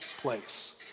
place